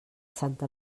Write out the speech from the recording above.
santa